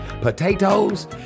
Potatoes